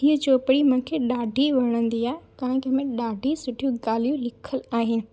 हीअ चोपड़ी मूंखे ॾाढी वणंदी आहे कारण के हिन में ॾाढियूं सुठियूं गाल्हियूं लिखियल आहिनि